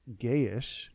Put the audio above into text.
gayish